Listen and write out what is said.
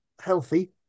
healthy